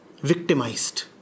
victimized